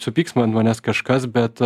supyks man ant manęs kažkas bet